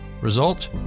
Result